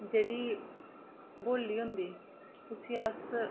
जेह्ड़ी बोह्ल्ली हुंदी उसी अस